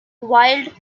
wild